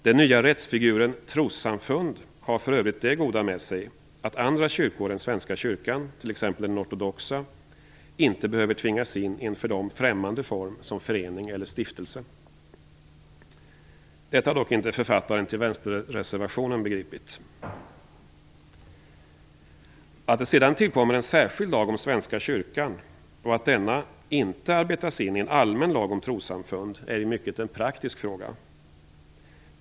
Den nya rättsfiguren trossamfund har för övrigt det goda med sig att andra kyrkor än Svenska kyrkan, t.ex. den ortodoxa, inte behöver tvingas in i en för dem främmande form som förening eller stiftelse. Detta har dock inte författaren till vänsterreservationen begripit. Att det sedan tillkommer en särskild lag om Svenska kyrkan och att denna inte arbetas in i en allmän lag om trossamfund är i mycket en praktisk fråga.